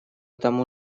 тому